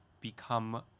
become